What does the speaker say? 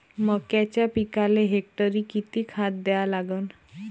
मक्याच्या पिकाले हेक्टरी किती खात द्या लागन?